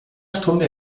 stunde